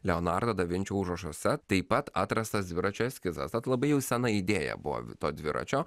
leonardo da vinčio užrašuose taip pat atrastas dviračio eskizas tad labai jau sena idėja buvo to dviračio